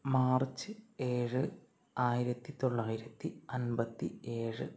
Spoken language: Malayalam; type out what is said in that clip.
മാർച്ച് ഏഴ് ആയിരത്തി തൊള്ളായിരത്തി അൻപത്തി ഏഴ്